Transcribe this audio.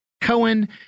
Cohen